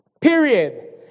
Period